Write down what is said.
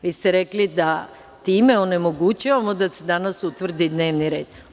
Vi ste rekli da time onemogućavamo da se danas utvrdi dnevni red.